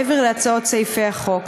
מעבר להצעות סעיפי החוק.